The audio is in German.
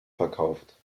verkauft